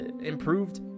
improved